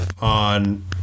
on